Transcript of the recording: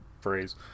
phrase